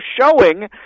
showing